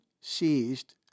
seized